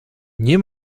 nie